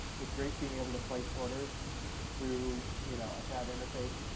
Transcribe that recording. it's great being able to place orders through you know a chat interface.